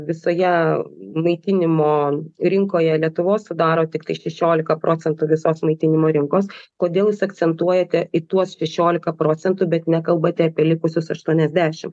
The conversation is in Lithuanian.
visoje maitinimo rinkoje lietuvos sudaro tiktai šešiolika procentų visos maitinimo rinkos kodėl jūs akcentuojate į tuos šešiolika procentų bet nekalbate apie likusius aštuoniasdešim